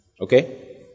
Okay